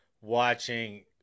watching